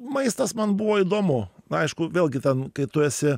maistas man buvo įdomu aišku vėlgi ten kai tu esi